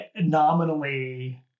nominally